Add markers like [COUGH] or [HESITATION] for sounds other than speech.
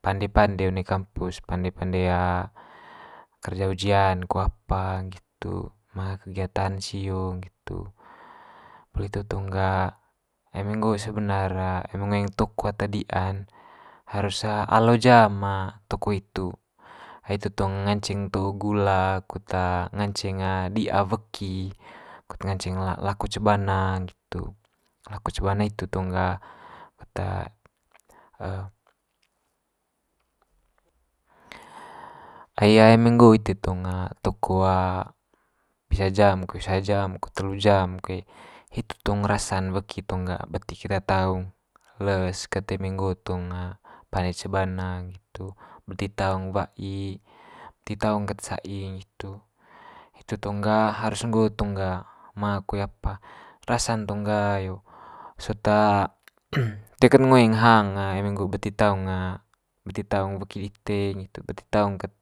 pande pande one kampus, pande pande kerja ujian ko apa nggitu, manga kegiatan sio nggitu. Poli hitu tong ga eme nggo sebenar ngoeng toko ata dia'n harus alo jam toko hitu, ai hitu tong ngance to'o gula kut nganceng dia weki, kut nganceng la- lako cebana nggitu. Lako cebana hitu tong ga, [UNINTELLIGIBLE] [HESITATION] ai eme nggo ite tong toko pisa jam koe sua jam telu jam koe hitu tong rasa'n weki tong ga beti keta taung, les ket eme nggo tong pande cebana nggitu beti taung wai, beti taung ket sai nggitu. Hitu tong ga harus nggo tong ga ma koe apa, rasa'n tong ga yo sot [NOISE] toe kat ngoeng hang eme nggo beti taung beti taung weki dite, nggitu beti taung ket.